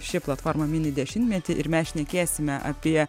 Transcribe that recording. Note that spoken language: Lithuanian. ši platforma mini dešimtmetį ir mes šnekėsime apie